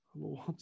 Lord